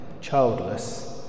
childless